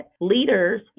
leaders